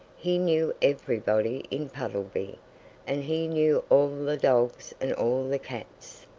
he knew everybody in puddleby and he knew all the dogs and all the cats.